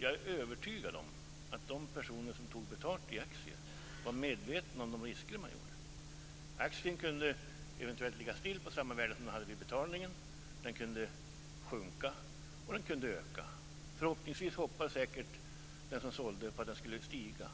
Jag är övertygad om att de personer som tog betalt i aktier var medvetna om de risker de tog. Aktien kunde eventuellt ligga still på samma värde som den hade vid betalningen. Den kunde sjunka och den kunde stiga i värde. Den som sålde hoppades säkert på att den skulle stiga.